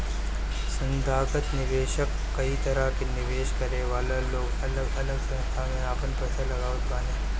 संथागत निवेशक कई तरह के निवेश करे वाला लोग अलग अलग संस्था में आपन पईसा लगावत बाने